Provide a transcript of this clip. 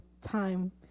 time